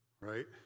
right